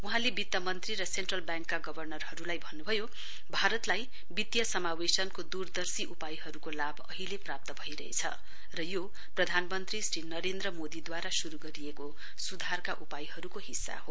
वहाँले वित्त मन्त्री र सेन्ट्रल व्याङकका गवर्नरहरूलाई भन्नुभयो भारतलाई वित्तीय समावेशनको दूरदर्शी उपायहरूको लाभ अहिले प्राप्त भइरहेछ र यो प्रधानमन्त्री श्री नरेन्द्र मोदीद्वारा शूरू गरिएको सुधारका उपायहरूको हिस्सा हो